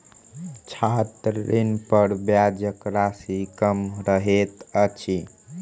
छात्र ऋणपर ब्याजक राशि कम रहैत अछि